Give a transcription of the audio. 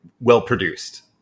well-produced